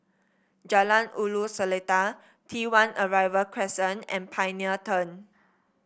Jalan Ulu Seletar T One Arrival Crescent and Pioneer Turn